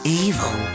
evil